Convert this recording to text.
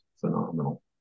phenomenal